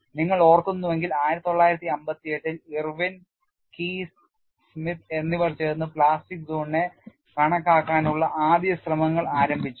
നിങ്ങൾ ഓർക്കുന്നുവെങ്കിൽ 1958 ൽ ഇർവിൻ കീസ് സ്മിത്ത് എന്നിവർ ചേർന്ന് പ്ലാസ്റ്റിക് സോണിനെ കണക്കാക്കാനുള്ള ആദ്യ ശ്രമങ്ങൾ ആരംഭിച്ചു